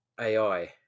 AI